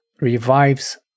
revives